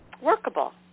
workable